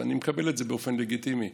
ואני מקבל את זה באופן לגיטימי,